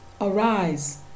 arise